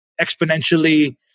exponentially